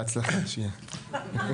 בהצלחה שיהיה.